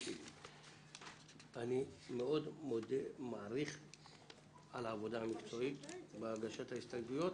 אני מאוד מודה ומעריך את העבודה המקצועית בהגשת ההסתייגויות